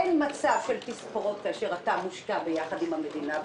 אין מצב של תספורות כאשר אתה מושקע ביחד עם המדינה,